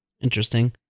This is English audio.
Interesting